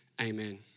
Amen